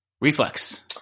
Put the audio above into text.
Reflex